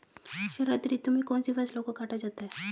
शरद ऋतु में कौन सी फसलों को काटा जाता है?